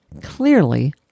clearly